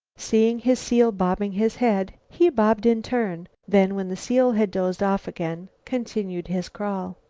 seeing his seal bobbing his head, he bobbed in turn, then, when the seal had dozed off again, continued his crawl.